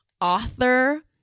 author